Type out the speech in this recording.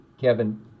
Kevin